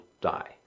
die